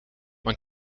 man